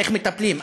איך מטפלים,